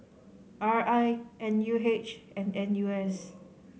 R I N U H and N U S